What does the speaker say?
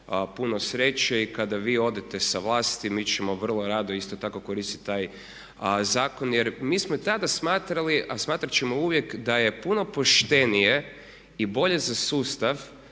puno sreće i kada vi odete sa vlasti mi ćemo vrlo rado isto tako koristiti taj zakon jer mi smo i tada smatrali a smatrati ćemo uvijek da je puno poštenije i bolje za sustav